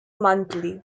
monthly